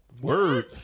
word